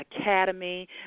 Academy